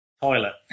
Toilet